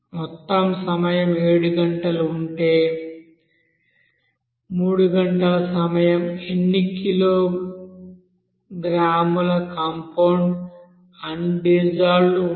మొత్తం సమయం 7 గంటలు ఉంటే 3 గంటల తరువాత ఎన్ని కిలోగ్రాముల కాంపౌండ్ అన్ డిజాల్వ్డ్ఉంటుంది